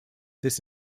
this